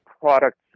products